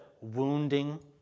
wounding